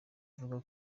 ivuga